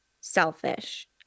selfish